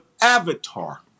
avatar